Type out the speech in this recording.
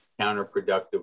counterproductive